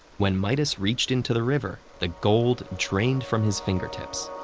when midas reached into the river, the gold drained from his fingertips.